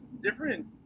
different